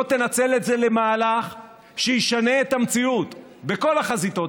לא תנצל את זה למהלך שישנה את המציאות בכל החזיתות,